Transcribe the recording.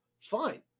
Fine